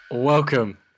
Welcome